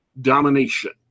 domination